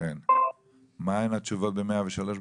מהן התשובות ב-103?